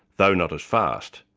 though not as fast.